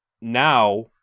now